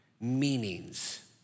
meanings